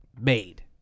made